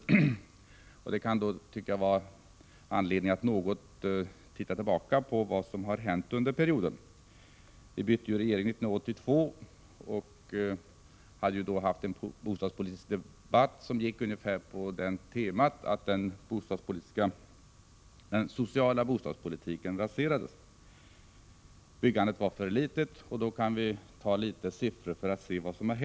Detta ger oss anledning att något se tillbaka på vad som hänt under perioden. Vi bytte regering 1982, och före valet förde vi en bostadspolitisk debatt där socialdemokraternas tema var att den sociala bostadspolitiken raserats under de borgerliga regeringsåren och att byggandet var för litet. För att visa vad som hänt kan jag nämna några siffror.